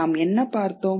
நாம் என்ன பார்த்தோம்